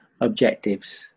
objectives